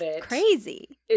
crazy